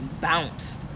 bounced